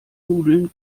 nudeln